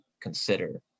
consider